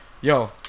Yo